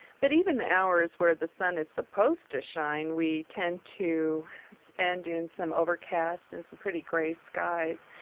but even the hours where the sun is supposed to shine, we tend to spend in some overcast and some pretty gray skies.